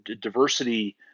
diversity